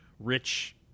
rich